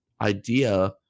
idea